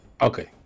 Okay